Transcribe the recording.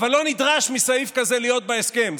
אבל לא נדרש מסעיף כזה להיות בהסכם.